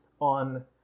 on